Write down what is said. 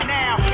now